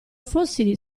fossili